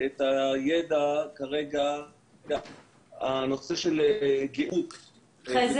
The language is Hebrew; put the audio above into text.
את הידע כרגע הנושא של גיהות --- חזי,